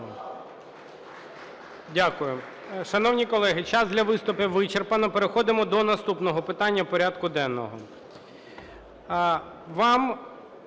Дякую. Шановні колеги, час для виступів вичерпано. Переходимо до наступного питання порядку денного.